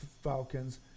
Falcons